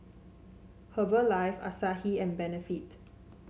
Herbalife Asahi and Benefit